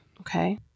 Okay